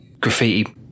graffiti